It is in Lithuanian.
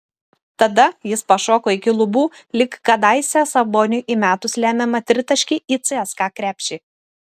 tada jis pašoko iki lubų lyg kadaise saboniui įmetus lemiamą tritaškį į cska krepšį